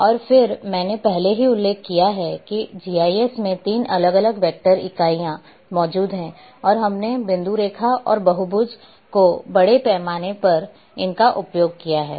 और फिर मैंने पहले ही उल्लेख किया है कि जीआईएस में 3 अलग अलग वेक्टर इकाइयाँ मौजूद हैं और हमने बिंदु रेखा और बहुभुज को बड़े पैमाने पर इनका उपयोग किया है